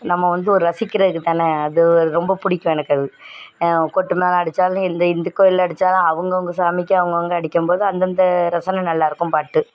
நம்ம வந்து ஒரு ரசிக்கிறதுக்கு தானே அதுவும் ரொம்ப பிடிக்கும் எனக்கு அது கொட்டு மேளம் அடிச்சாலும் எந்த இந்து கோயிலில் அடிச்சாலும் அவங்க அவங்க சாமிக்கு அவங்க அவங்க அடிக்கும்போது அந்தந்த ரசனை நல்லா இருக்கும் பாட்டு